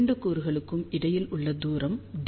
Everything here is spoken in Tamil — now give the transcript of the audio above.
2 கூறுகளுக்கும் இடையில் உள்ள தூரம் d